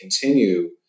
continue